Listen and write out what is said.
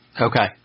Okay